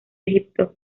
egipto